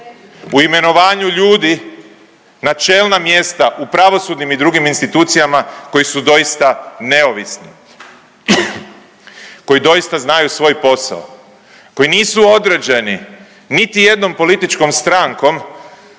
u imenovanju ljudi na čelna mjesta u pravosudnim i drugim institucijama koji su doista neovisni, koji doista znaju svoj posao, koji nisu određeni niti jednom političkom strankom,